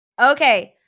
Okay